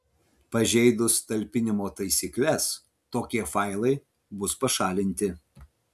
pažeidus talpinimo taisykles tokie failai bus pašalinti